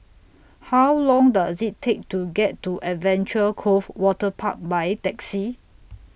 How Long Does IT Take to get to Adventure Cove Waterpark By Taxi